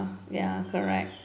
ya correct